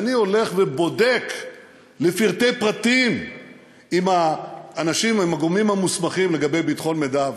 הולך ובודק לפרטי פרטים עם הגורמים המוסמכים לגבי ביטחון מידע.